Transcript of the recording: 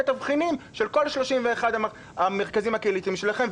התבחינים של כל 31 המרכזים הקהילתיים שלכם.